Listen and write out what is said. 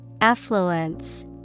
Affluence